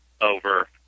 over